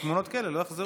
כדי שתמונות כאלה לא יחזרו.